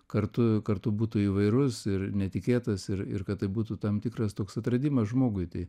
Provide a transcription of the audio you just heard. kartu kartu būtų įvairus ir netikėtas ir ir kad tai būtų tam tikras toks atradimas žmogui tai